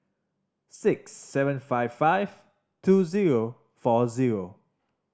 six seven five five two zero four zero